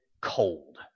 cold